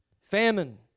Famine